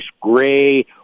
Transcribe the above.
gray